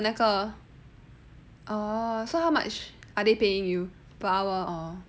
你还有那个 orh so how much are they paying you per hour or